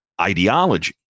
ideology